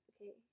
okay